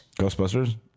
Ghostbusters